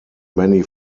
many